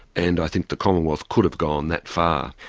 and i think the commonwealth could have gone that far.